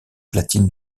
platines